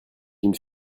une